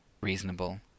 reasonable